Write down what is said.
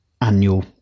annual